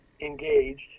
engaged